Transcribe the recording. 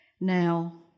Now